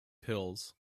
pills